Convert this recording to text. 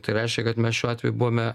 tai reiškia kad mes šiuo atveju buvome